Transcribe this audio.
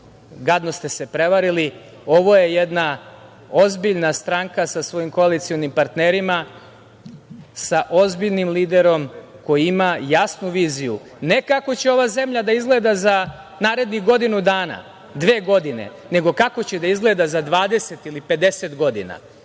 gadno ste se prevarili, ovo je jedna ozbiljna stranka sa svojim koalicionim partnerima, sa ozbiljnim liderom, koji ima jasnu viziju, ne kako će ova zemlja da izgleda za narednih godinu dana, dve godine, nego kako će da izgleda za 20 ili 50 godina. Zato